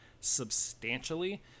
substantially